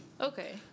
Okay